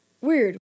Weird